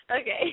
Okay